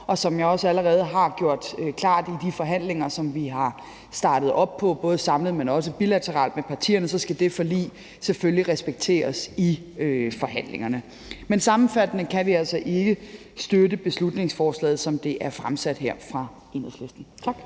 Som jeg også allerede har gjort klart i de forhandlinger, som vi er startet på, både samlet, men også bilateralt med partierne, så skal det forlig selvfølgelig respekteres i forhandlingerne. Sammenfattende vil jeg sige, at vi altså ikke kan støtte beslutningsforslaget, som det er fremsat her af Enhedslisten. Tak.